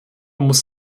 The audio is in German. muss